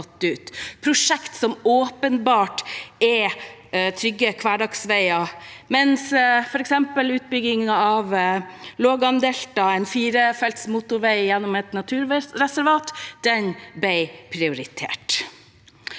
prosjekt som åpenbart er trygge hverdagsveier, mens f.eks. utbyggingen av Lågendeltaet, en firefelts motorvei gjennom et naturreservat, ble prioritert.